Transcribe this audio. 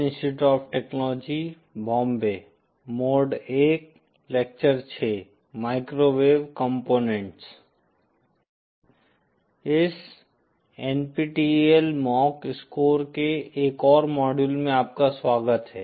इस NPTEL mock score के एक ओर मॉड्यूल में आपका स्वागत है